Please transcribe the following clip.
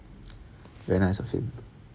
very nice of him